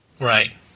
Right